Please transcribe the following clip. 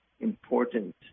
important